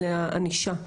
זה הענישה.